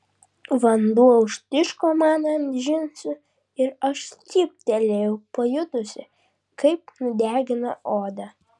vanduo užtiško man ant džinsų ir aš cyptelėjau pajutusi kaip nudegino odą